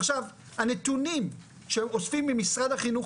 עכשיו הנתונים שאוספים ממשרד מהחינוך